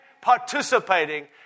participating